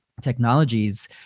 Technologies